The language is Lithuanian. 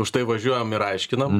užtai važiuojam ir aiškinam